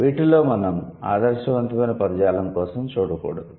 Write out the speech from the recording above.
వీటిలో మనం ఆదర్శవంతమైన పదజాలం కోసం చూడకూడదు